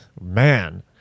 man